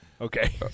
Okay